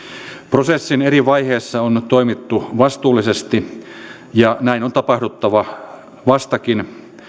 prosessin eri vaiheissa on toimittu vastuullisesti ja näin on tapahduttava vastakin